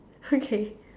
okay